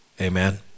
Amen